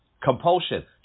Compulsion